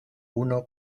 uno